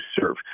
serve